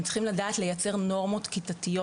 הם צריכים לדעת לייצר נורמות כיתתיות